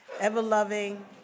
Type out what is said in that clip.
Ever-loving